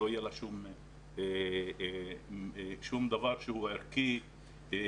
לא יהיה לה שום דבר שהוא ערכי ומורשתי.